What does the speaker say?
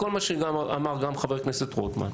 אל מול כל מה שאמר גם חבר הכנסת רוטמן,